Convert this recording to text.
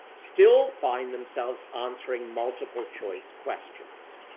still find themselves answering multiple choice questions.